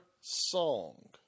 song